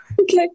Okay